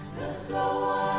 slow